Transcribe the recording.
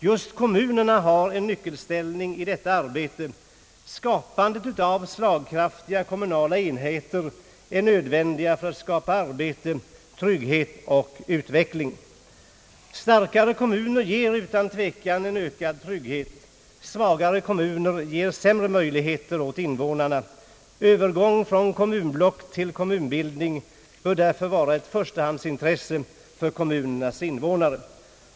Just kommunerna har en nyckelställning i detta arbete. Skapandet av slagkraftiga kommunala enheter är nödvändigt för att man skall kunna skapa arbete, trygghet och utveckling. Starkare kommuner ger utan tvivel ökad trygghet, medan svagare kommuner ger sämre möjligheter åt invånarna. Övergång från kommunblock till kommunbildning bör därför vara ett förstahandsintresse för kommunernas invånare.